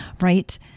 Right